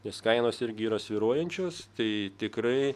nes kainos irgi yra svyruojančios tai tikrai